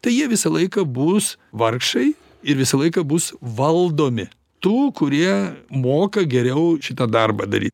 tai jie visą laiką bus vargšai ir visą laiką bus valdomi tų kurie moka geriau šitą darbą daryt